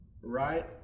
Right